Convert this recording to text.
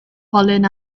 fallen